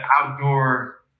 outdoor